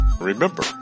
remember